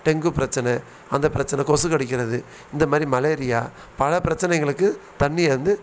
dengue பிரச்சனை அந்த பிரச்சனை கொசு கடிக்கிறது இந்த மாதிரி மலேரியா பல பிரச்சனைகளுக்கு தண்ணி வந்து